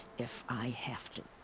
if i have to.